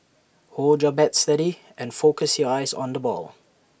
hold your bat steady and focus your eyes on the ball